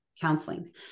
counseling